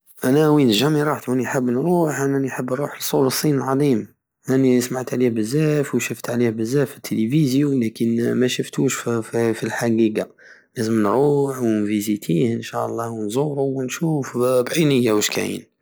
أنا وين جامي روحت ووين حاب نروح انا اني حاب نروح لصور الصين العظيم اني سمعت عليه بزاف وشفت عليه بزاف فلتليفيزيو ولكن مشفتوش ففف-الحقيقة لازم نروح ونفيزيتيه نشالله ونزور ونشوف بعيني وشكاين